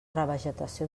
revegetació